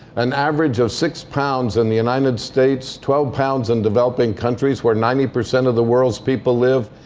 an average of six pounds in the united states, twelve pounds in developing countries, where ninety percent of the world's people live,